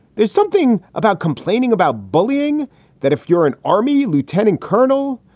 there's something about complaining about bullying that if you're an army lieutenant colonel,